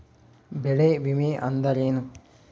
ಬೆಳೆ ವಿಮೆ ಅಂದರೇನು?